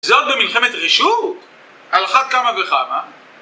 זה עוד במלחמת רשות! על אחת כמה וכמה